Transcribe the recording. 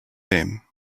aime